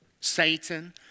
Satan